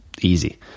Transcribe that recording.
easy